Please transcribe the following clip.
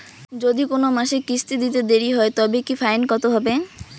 যদি কোন মাসে কিস্তি দিতে দেরি হয় তবে কি ফাইন কতহবে?